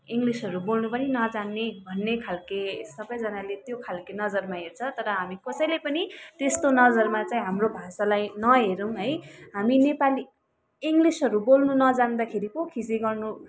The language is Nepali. इङ्ग्लिसहरू बोल्नु पनि नजान्ने भन्ने खालको सबैजनाले त्यो खालको नजरमा हेर्छ तर हामी कसैले पनि त्यस्तो नजरमा चाहिँ हाम्रो भाषालाई नहेरौँ है हामी नेपाली इङ्ग्लिसहरू बोल्नु नजान्दाखेरि पो खिसी गर्नु